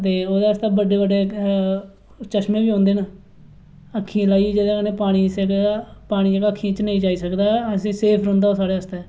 ते ओह्दे आस्तै बड्डे बड्डे चश्में बी औंदे न अक्खियें कन्नै लाइयै जेह्दे कन्नै पानी सिरै दा पानी जेह्ड़ा अक्खी च नेईं जाई सकदा ते ओह् सेफ रौहंदा साढ़े आस्तै